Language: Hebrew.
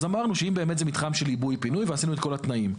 אמרנו שאם באמת זה מתחם של עיבוי ועשינו את כל התנאים.